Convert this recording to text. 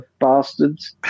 bastards